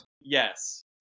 Yes